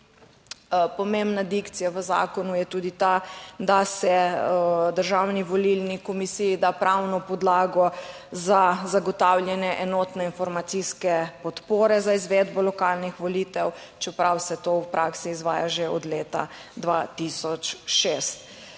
Pomembna dikcija v zakonu je tudi ta, da se Državni volilni komisiji da pravno podlago za zagotavljanje enotne informacijske podpore za izvedbo lokalnih volitev, čeprav se to v praksi izvaja že od leta 2006